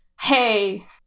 hey